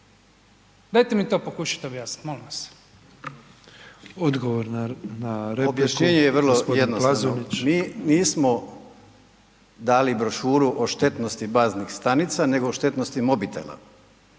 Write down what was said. Plazonić. **Plazonić, Željko (HDZ)** Objašnjenje je vrlo jednostavno. Nismo dali brošuru o štetnosti baznih stanica, nego o štetnosti mobitela,